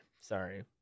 sorry